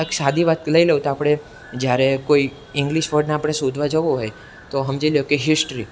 આ એક સાદી વાત લઈ લઉં તો આપણે જ્યારે કોઈ ઇંગ્લિશ વર્ડને આપળે શોધવા જવો હોય તો સમજી લો કે હિસ્ટ્રી